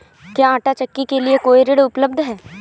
क्या आंटा चक्की के लिए कोई ऋण उपलब्ध है?